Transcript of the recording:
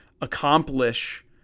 accomplish